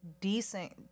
decent